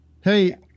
Hey